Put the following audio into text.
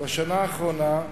בשנה האחרונה,